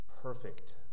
perfect